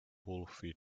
wolfe